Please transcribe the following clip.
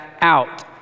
out